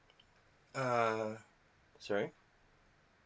uh sorry